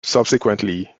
subsequently